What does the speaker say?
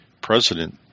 president